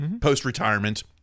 post-retirement